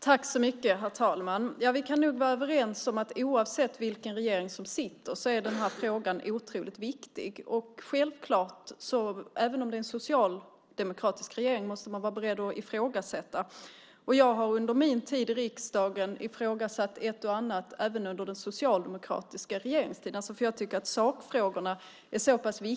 Herr talman! Vi kan nog vara överens om att denna fråga är otroligt viktig, oavsett vilken regering som sitter vid makten. Man måste självklart vara beredd att ifrågasätta, oavsett om det är en socialdemokratisk eller en borgerlig regering. Jag har under min tid i riksdagen ifrågasatt ett och annat även under den socialdemokratiska regeringstiden, för jag tycker att sakfrågorna är så pass viktiga.